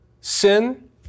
sin